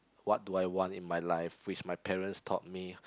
what do I want in my life which my parents taught me